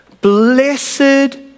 Blessed